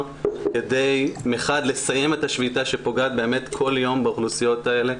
כדי מחד לסיים את השביתה שפוגעת באמת כל יום באוכלוסיות האלה,